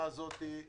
היא